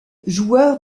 joueur